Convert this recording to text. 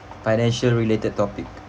financial related topic